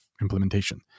implementation